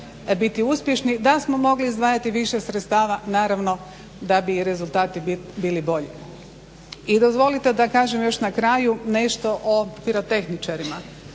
biti uspješni, da smo mogli izdvajati više sredstava naravno da bi rezultati bili bolji. I dozvolite da kažem još na kraju nešto o pirotehničarima,